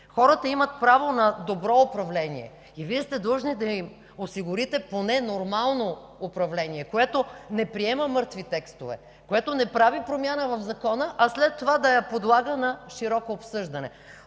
Хората имат право на добро управление и Вие сте длъжни да им осигурите поне нормално управление, което не приема мъртви текстове, което не прави промяна в закона, а след това да я подлага на широко обсъждане.